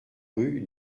rue